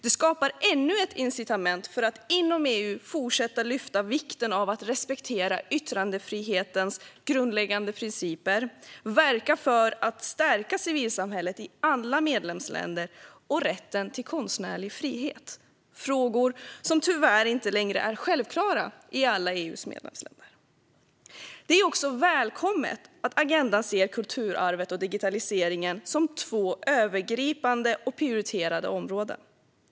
Det skapar ännu ett incitament för att inom EU fortsätta lyfta fram vikten av att respektera yttrandefrihetens grundläggande principer och verka för att stärka civilsamhället i alla medlemsländer och rätten till konstnärlig frihet - frågor som tyvärr inte längre är självklara i alla EU:s medlemsländer. Det är också välkommet att agendan ser kulturarvet och digitaliseringen som två övergripande och prioriterade områden.